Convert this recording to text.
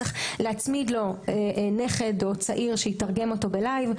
צריך להצמיד לו נכד או צעיר שיתרגם אותו בלייב.